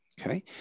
Okay